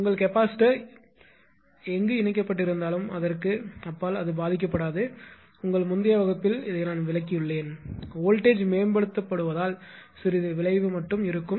உங்கள் கெபாசிட்டார் எங்கு இணைக்கப்பட்டிருந்தாலும் அதற்கு அப்பால் அது பாதிக்கப்படாது உங்கள் முந்தைய வகுப்பில் விளக்கியுள்ளேன் வோல்ட்டேஜை மேம்படுத்துவதால் சிறிது விளைவு மட்டுமே இருக்கும்